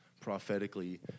prophetically